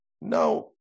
Now